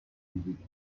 die